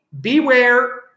Beware